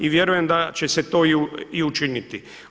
I vjerujem da će se to i učiniti.